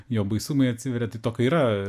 jo baisumai atsiveria tai tokio yra